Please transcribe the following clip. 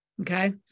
Okay